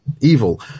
evil